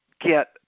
get